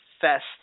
fest